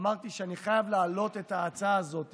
אמרתי שאני חייב להעלות את ההצעה הזאת